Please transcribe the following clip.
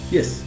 Yes